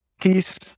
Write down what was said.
peace